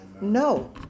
No